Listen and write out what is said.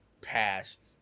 past